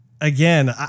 again